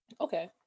Okay